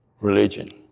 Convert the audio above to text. religion